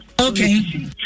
Okay